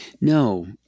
No